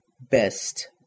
best